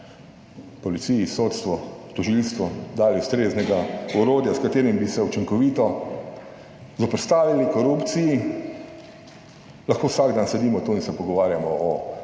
policiji, sodstvu, tožilstvu dali ustreznega orodja s katerim bi se učinkovito zoperstavili korupciji. Lahko vsak dan sedimo tu in se pogovarjamo o